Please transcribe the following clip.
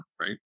right